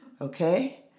Okay